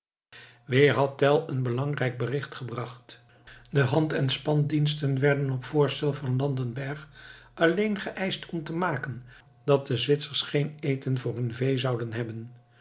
weer had tell een belangrijk bericht gebracht de hand en spandiensten werden op voorstel van landenberg alleen geëischt om te maken dat de zwitsers geen eten voor hun vee zouden hebben